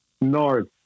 north